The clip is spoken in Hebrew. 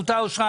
הצבעה